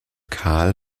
carl